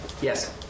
Yes